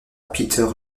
peter